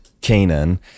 canaan